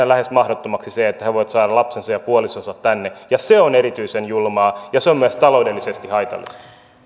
lähes mahdottomaksi että he voivat saada lapsensa ja puolisonsa tänne se on erityisen julmaa ja se on myös taloudellisesti haitallista